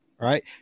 right